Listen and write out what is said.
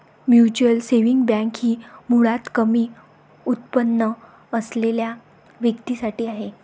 mutual saving bank ही मुळात कमी उत्पन्न असलेल्या व्यक्तीं साठी आहे